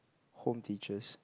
home teachers